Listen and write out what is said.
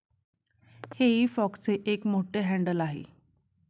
हेई फॉकचे एक मोठे हँडल आहे